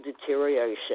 deterioration